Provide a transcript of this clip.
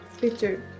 picture